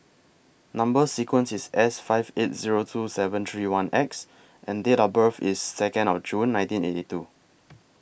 Number sequence IS S five eight Zero two seven three one X and Date of birth IS Second of June nineteen eighty two